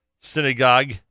Synagogue